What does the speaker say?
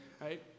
Right